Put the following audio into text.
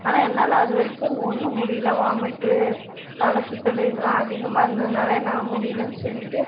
ஆனால் என்னால் அதுவரைக்கும் ஒன்றும் முடியல வாமிட்டு தலைசுத்தல் இதுலாம் அதிகமாக இருந்ததினால என்னால் முடியலன்னு சொல்லிவிட்டு